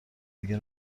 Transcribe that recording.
دیگه